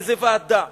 איזו ועדה,